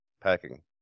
packing